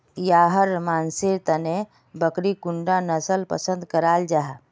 याहर मानसेर तने बकरीर कुंडा नसल पसंद कराल जाहा?